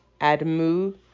Admu